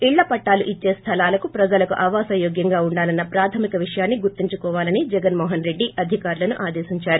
ఇళ్ల పట్టాలు ఇచ్చే స్వలాలు ప్రజలకు ఆవాస యోగ్యంగా ప్ర ఉండాలన్న ప్రాథమిక విషయాన్ని గుర్తించుకోవాలని జిగన్ మోహన్ రెడ్డి అధికారులకు ఆదేశించారు